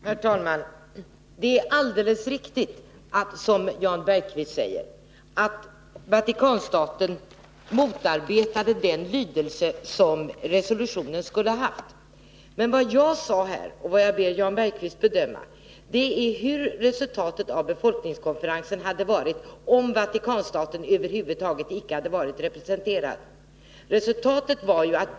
Herr talman! Det är alldeles riktigt, som Jan Bergqvist sade, att Vatikanstaten motarbetade den lydelse som resolutionen skulle ha haft. Men jag bad Jan Bergqvist bedöma vilket resultatet av befolkningskonferensen skulle ha blivit om Vatikanstaten över huvud taget inte hade varit representerad.